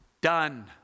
done